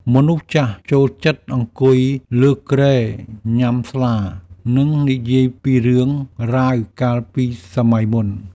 មនុស្សចាស់ចូលចិត្តអង្គុយលើគ្រែញ៉ាំស្លា និងនិយាយពីរឿងរ៉ាវកាលពីសម័យមុន។